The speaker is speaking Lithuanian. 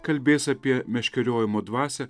kalbės apie meškeriojimo dvasią